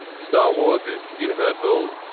star wars is universal.